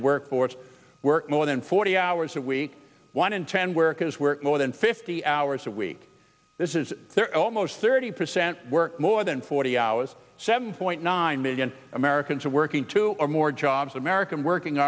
the workforce work more than forty hours a week one in ten workers were more than fifty hours a week this is their almost thirty percent work more than forty hours seven point nine million americans are working two or more jobs american working